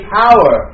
power